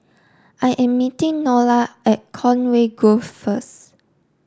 I am meeting Nola at Conway Grove first